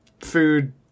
food